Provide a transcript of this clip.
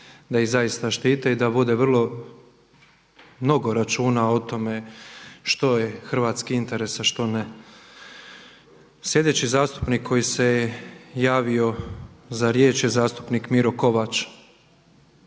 da iz zaista štite i da vode vrlo mnogo računa o tome što je hrvatski interes a što ne. Slijedeći zastupnik koji se javio za riječ je zastupnik Miro Kovač.